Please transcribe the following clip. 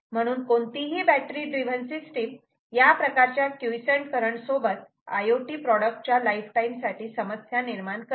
म्हणून कोणतीही battery driven system या प्रकारच्या क्युइसंट करंट सोबत IoT प्रॉडक्ट च्या लाइफटाइम साठी समस्या निर्माण करते